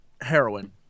heroin